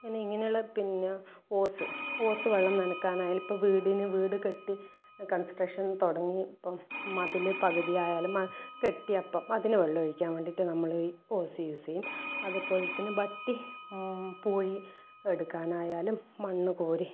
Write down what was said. പിന്നെ ഇങ്ങനെ ഉള്ള പിന്നെ ഓസ് ഓസ് വെള്ളം നനക്കാനായാലും ഇപ്പോൾ വീട് കെട്ടി കൺസ്ട്രക്ഷൻ തുടങ്ങി ഇപ്പോൾ മതിൽ പകുതി ആയാൽ കെട്ടിയാൽ അപ്പോൾ അതിന് വെള്ളം ഒഴിക്കാൻ വേണ്ടിയിട്ട് നമ്മൾ ഓസ് യൂസ് ചെയ്യും അതുപോലെ തന്നെ വട്ടി പൂഴി എടുക്കാനായാലും മണ്ണ് കോരി